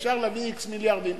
אפשר להביא x מיליארדים,